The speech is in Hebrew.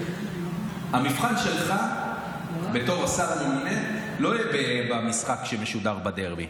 המבחן שלך בתור השר הממונה לא יהיה במשחק שמשודר בדרבי,